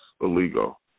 illegal